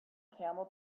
camel